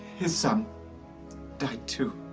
his son died too.